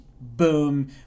boom